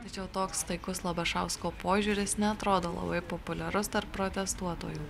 tačiau toks taikus labašausko požiūris neatrodo labai populiarus tarp protestuotojų